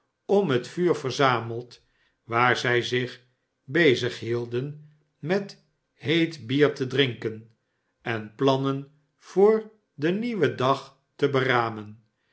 om het vuur verzameld waar zij zich bezig hielden met heet bier te drinken en plannen voor den nieuwen dag te beramen